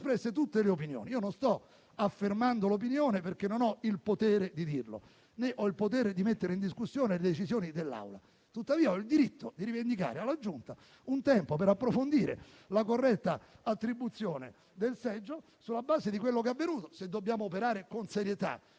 tutte le opinioni; io non ne sto affermando una perché non ho il potere di farlo, né ho il potere di mettere in discussione le decisioni dell'Assemblea, tuttavia ho il diritto di rivendicare alla Giunta un tempo per approfondire la corretta attribuzione del seggio, sulla base di quello che è avvenuto, se dobbiamo operare con serietà e con